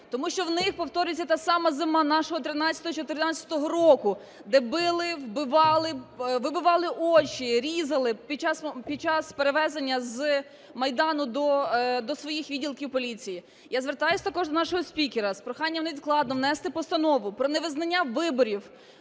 Тому що в них повториться та сама зима нашого 2013-2014 року, де били, вбивали, вибивали очі, різали під час перевезення з Майдану до своїх відділків поліції. Я звертаюся також до нашого спікера з проханням невідкладно внести постанову про невизнання виборів